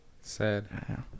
Sad